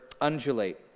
undulate